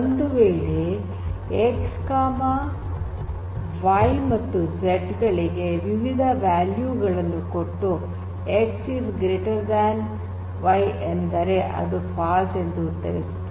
ಒಂದು ವೇಳೆ X20Y77ಮತ್ತು Z4 ಎಂದು ವಿವಿಧ ವ್ಯಾಲ್ಯೂ ಗಳನ್ನು ಕೊಟ್ಟು x y ಎಂದರೆ ಅದು ಫಾಲ್ಸ್ ಎಂದು ಉತ್ತರಿಸುತ್ತದೆ